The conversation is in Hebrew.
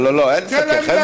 לא, לא, אין לסכם.